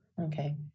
Okay